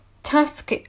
task